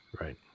Right